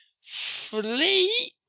fleet